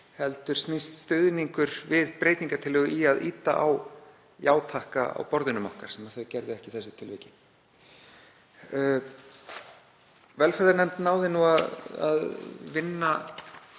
heldur snýst stuðningur við breytingartillögu um að ýta á já-takkann á borðunum okkar, sem þau gerðu ekki í þessu tilviki. Velferðarnefnd náði að vinna